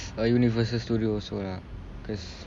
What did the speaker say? uh universal studios lah cause